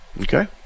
Okay